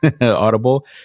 audible